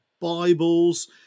Bibles